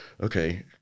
okay